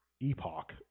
epoch